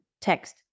text